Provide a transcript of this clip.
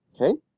Okay